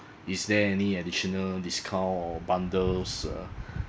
is there any additional discount or bundles uh